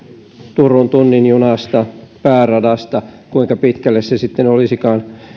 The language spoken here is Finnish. turun tunnin junasta pääradasta kuinka pitkälle se sitten olisikaan